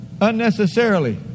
Unnecessarily